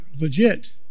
legit